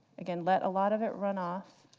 again let a lot of it runoff,